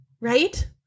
Right